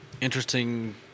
interesting